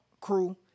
crew